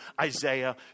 Isaiah